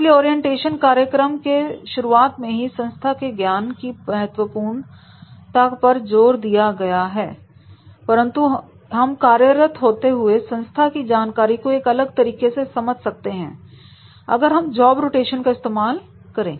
इसलिए ओरिएंटेशन कार्यक्रम के शुरुआत में ही संस्था के ज्ञान की महत्वपूर्ण था पर ज़ोर दिया गया परंतु हम कार्यरत होते हुए संस्था की जानकारी को एक अलग तरीके से समझ सकते हैं अगर हम जॉब रोटेशन का इस्तेमाल करें